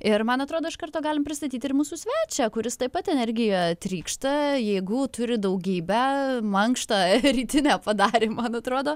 ir man atrodo iš karto galim pristatyt ir mūsų svečią kuris taip pat energija trykšta jėgų turi daugybę mankštą rytinę padarė man atrodo